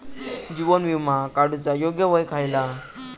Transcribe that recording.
जीवन विमा काडूचा योग्य वय खयला?